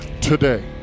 today